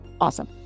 Awesome